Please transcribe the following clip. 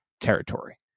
territory